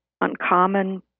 uncommon